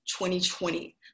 2020